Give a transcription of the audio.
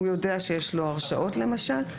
הוא יודע שיש לו הרשעות למשל,